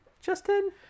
Justin